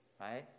right